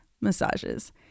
massages